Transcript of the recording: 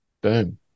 Boom